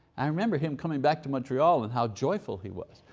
i remember him coming back to montreal and how joyful he was.